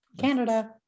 Canada